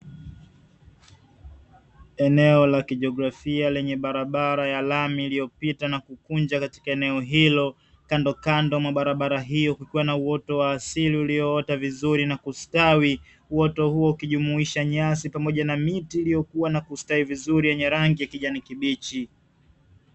Eneo la kijiografia lenye barabara ya lami iliyopita na kukunja katika eneo hilo, kandokando mwa barabara hiyo kukiwa na uoto wa asili ulioota vizuri na kustawi. Uoto huo ukijumuisha nyasi pamoja na miti iliyokuwa na kustawi vizuri yenye rangi ya kijani kibichi.